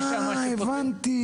אה, הבנתי.